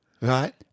Right